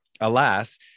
alas